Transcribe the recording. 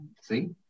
See